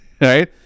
right